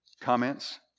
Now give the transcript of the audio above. comments